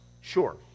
Sure